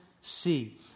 see